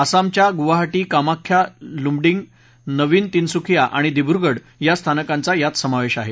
आसामच्या गुवाहाटी कामाख्य लुमडींग नविन तिनसुकीया आणि दिब्रुगड या स्थानकांचा यात समावेश आहे